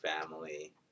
family